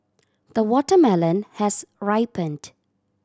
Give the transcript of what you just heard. the watermelon has ripened